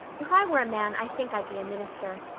if i were a man i think i'd be a minister.